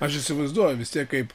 aš įsivaizduoju vis tiek kaip